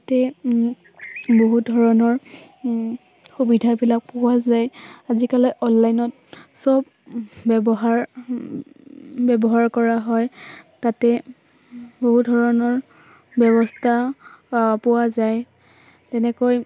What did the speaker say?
তাতে বহুত ধৰণৰ সুবিধাবিলাক পোৱা যায় আজিকালে অনলাইনত চব ব্যৱহাৰ ব্যৱহাৰ কৰা হয় তাতে বহু ধৰণৰ ব্যৱস্থা পোৱা যায় তেনেকৈ